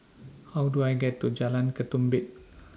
How Do I get to Jalan Ketumbit